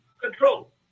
control